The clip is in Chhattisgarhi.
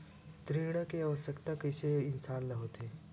ऋण के आवश्कता कइसे इंसान ला होथे?